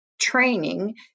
training